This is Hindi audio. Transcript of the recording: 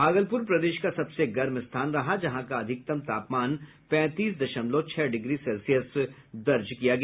भागलपुर प्रदेश का सबसे गर्म स्थान रहा जहां का अधिकतम तापमान पैंतीस दशमलव छह डिग्री सेल्सियस दर्ज किया गया